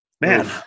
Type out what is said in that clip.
man